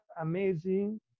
amazing